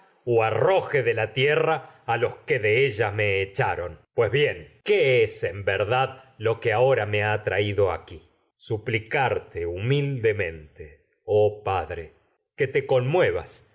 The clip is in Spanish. o arroje de la tierra a los que de ella que me echaron pues bien qué es en verdad lo ahora pa me ha traído aquí suplicarte humildemente y en oh dre que te conmuevas